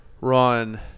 Run